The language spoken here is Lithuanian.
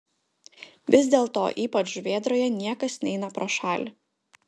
vis dėlto ypač žuvėdroje niekas neina pro šalį